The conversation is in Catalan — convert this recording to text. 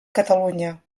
catalunya